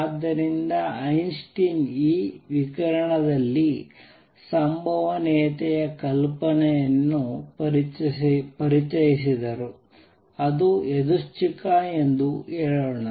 ಆದ್ದರಿಂದ ಐನ್ಸ್ಟೈನ್ ಈ ವಿಕಿರಣದಲ್ಲಿ ಸಂಭವನೀಯತೆಯ ಕಲ್ಪನೆಯನ್ನು ಪರಿಚಯಿಸಿದರು ಅದು ಯಾದೃಚ್ಛಿಕ ಎಂದು ಹೇಳೋಣ